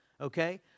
okay